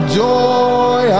joy